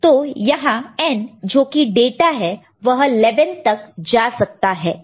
तो यहां n जो कि डाटा है वह 11 तक जा सकता है